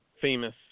Famous